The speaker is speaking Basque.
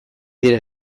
dira